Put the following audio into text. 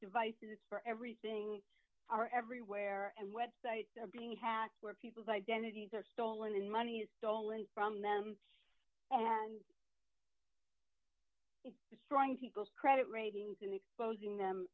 devices for everything are everywhere and websites are being hacked where people's identities are stolen and money's stolen from them and destroying people's credit ratings and exposing them